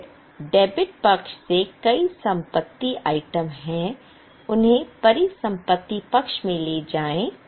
फिर डेबिट पक्ष से कई संपत्ति आइटम हैं उन्हें परिसंपत्ति पक्ष में ले जाएं